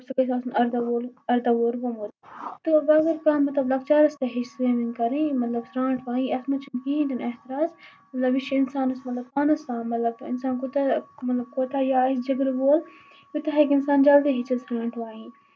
مطلب سُہ گژھِ آسُن اَرداہ وُہُر اَرداہ وُہُر گوٚومُت تہٕ وۄنۍ اگر کانٛہہ لۄکچارَس تہِ ہیٚچھہِ سُومِنگ کَرٕنۍ مطلب سرانٹھ وایِنۍ اَتھ منٛز چھُنہٕ کِہینۍ تہِ نہٕ اعتراض مطلب یہِ چھُ اِنسانَس مطلب پانَس تام مطلب اِنسان کوٗتاہ مطلب کوٗتاہ یہِ آسہِ جِگرٕ وول سُہ تہِ ہیٚکہِ اِنسان جلدی ہیٚچھِتھ سرانٹھ وایِنۍ